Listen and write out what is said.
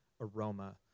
aroma